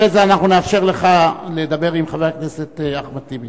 אחרי זה אנחנו נאפשר לך לדבר עם חבר הכנסת אחמד טיבי.